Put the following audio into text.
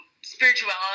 spirituality